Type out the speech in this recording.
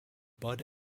bud